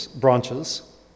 branches